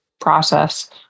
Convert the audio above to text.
process